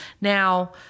Now